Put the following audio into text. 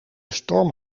storm